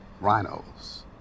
rhinos